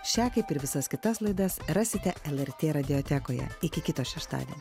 šią kaip ir visas kitas laidas rasite lrt radiotekoje iki kito šeštadienio